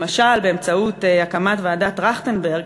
למשל באמצעות הקמת ועדת טרכטנברג,